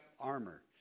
armor